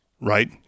Right